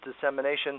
dissemination